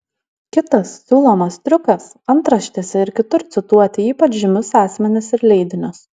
kitas siūlomas triukas antraštėse ir kitur cituoti ypač žymius asmenis ir leidinius